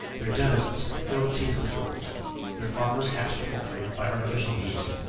their dentists filled teeth with gold their farmers hatched poultry by artificial heat.